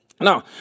Now